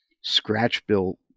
scratch-built